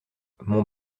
mon